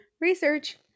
Research